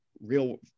real